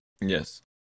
Yes